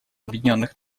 объединенных